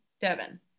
Devin